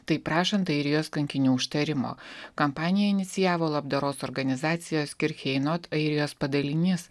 taip prašant airijos kankinių užtarimo kampaniją inicijavo labdaros organizacijos kircheinot airijos padalinys